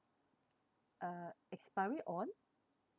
uh expiry on